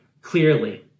clearly